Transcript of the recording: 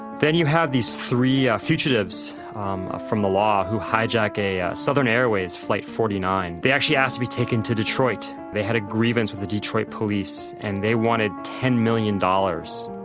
then you have this three ah fugitives um from the law who hijack a southern airways flight forty nine. they actually asked be taken to detroit, they had a grievance with the detroit police and they wanted ten million dollars.